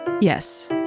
Yes